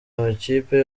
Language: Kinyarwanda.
amakipe